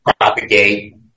Propagate